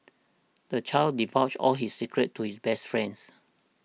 the child divulged all his secrets to his best friends